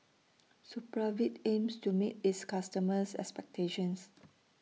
Supravit aims to meet its customers' expectations